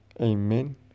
Amen